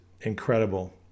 incredible